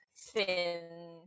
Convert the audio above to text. thin